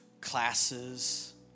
classes